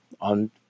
on